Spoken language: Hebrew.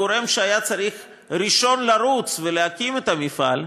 הגורם שהיה צריך ראשון לרוץ ולהקים את המפעל,